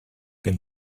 been